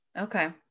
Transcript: Okay